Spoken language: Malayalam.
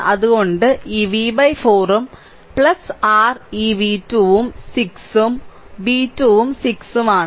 അതിനാൽ ഇത് v 4 ഉം r ഈ v2 ഉം 6 ഉം v2 ഉം 6 ഉം ആണ്